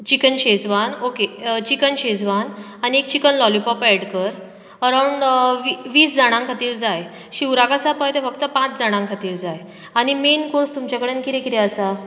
chicken Schezwan okay chicken Schezwan आनी chicken lollipop add कर around वी वीस जाणां खातीर जाय शिवराक आसा पळय तें फक्त पांच जाणां खातीर जाय आनी मॅन कॉर्स तुमचे कडेन कितें कितें आसा